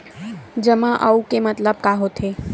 जमा आऊ के मतलब का होथे?